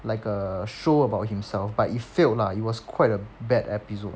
like a show about himself but it failed lah it was quite a bad episode